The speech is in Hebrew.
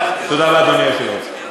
תודה רבה, אדוני היושב-ראש.